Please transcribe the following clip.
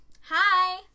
Hi